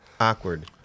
Awkward